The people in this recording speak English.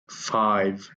five